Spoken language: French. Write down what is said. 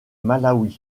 malawi